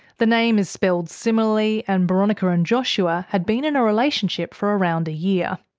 the name is spelled similarly, and boronika and joshua had been in a relationship for around a year.